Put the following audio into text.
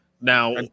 now